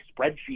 spreadsheet